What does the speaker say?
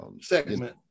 segment